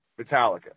Metallica